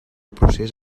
procés